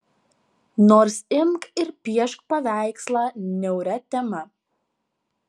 nors imk ir piešk paveikslą niauria tema